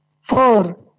four